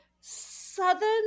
southern